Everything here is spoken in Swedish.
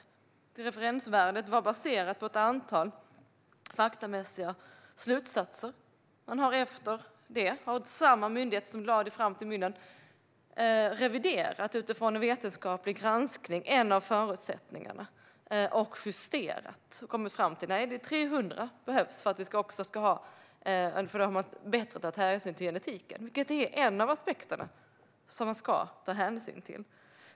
Detta referensvärde baserade sig på ett antal faktamässiga slutsatser. Samma myndighet har sedan reviderat och justerat referensvärdet utifrån en vetenskaplig granskning och kommit fram till att det med hänsyn till genetiken behövs 300, och genetik är ju en av de aspekter man ska ta hänsyn till.